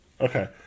Okay